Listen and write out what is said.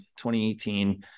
2018